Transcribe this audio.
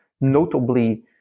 notably